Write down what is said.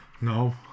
No